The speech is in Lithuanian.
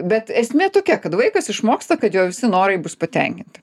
bet esmė tokia kad vaikas išmoksta kad jo visi norai bus patenkinti